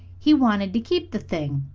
he wanted to keep the thing,